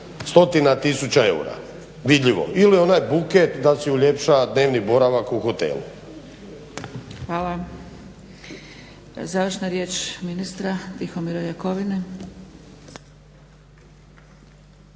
stotina tisuća eura vidljivo ili onaj buket da si uljepša dnevni boravak u hotelu. **Zgrebec, Dragica (SDP)** Hvala. Završna riječ ministra Tihomira Jakovine.